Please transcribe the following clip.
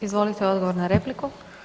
Izvolite odgovor na repliku.